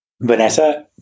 Vanessa